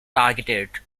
targeted